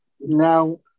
Now